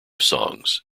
songs